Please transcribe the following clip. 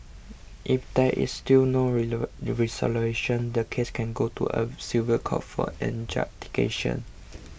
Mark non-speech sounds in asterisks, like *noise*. if there is still no *hesitation* resolution the case can go to a civil court for adjudication